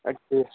اَدٕ کیٛاہ